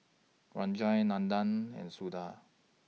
Rajan Nandan and Suda